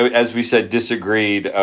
as we said, disagreed, ah